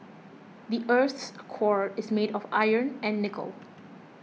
the earth's core is made of iron and nickel